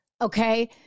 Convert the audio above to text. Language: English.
okay